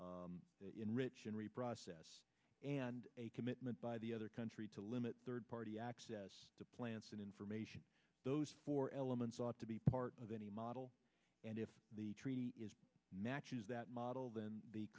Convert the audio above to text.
enrich and reprocess and a commitment by the other country to limit third party access to plants and information those four elements ought to be part of any model and if the treaty matches that model then the